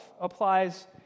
applies